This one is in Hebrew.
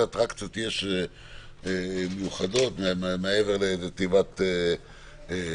אטרקציות מיוחדות יש מעבר לאיזה תיבת נוח?